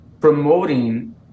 promoting